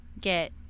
get